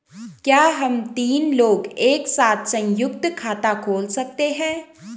क्या हम तीन लोग एक साथ सयुंक्त खाता खोल सकते हैं?